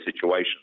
situation